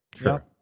Sure